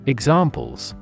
Examples